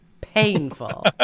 Painful